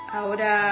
ahora